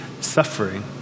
suffering